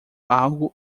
algo